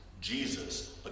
Jesus